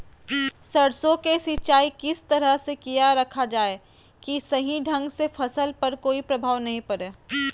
सरसों के सिंचाई किस तरह से किया रखा जाए कि सही ढंग से फसल पर कोई प्रभाव नहीं पड़े?